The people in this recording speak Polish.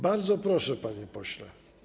Bardzo proszę, panie pośle.